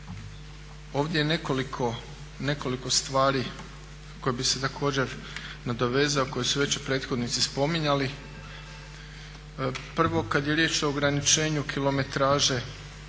Ovdje je nekoliko stvari na koje bi se također nadovezao koje su već i prethodnici spominjali. Prvo, kada je riječ o ograničavanju kilometraže,